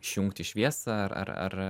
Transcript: išjungti šviesą ar ar ar